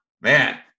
man